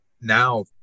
now